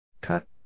Cut